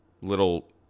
little